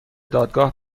دادگاه